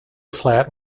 flat